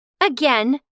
Again